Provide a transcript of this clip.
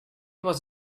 was